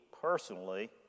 personally